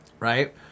Right